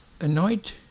anoint